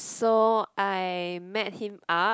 so I met him up